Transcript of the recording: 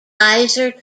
advisor